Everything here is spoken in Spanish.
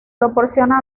proporciona